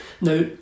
Now